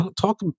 talk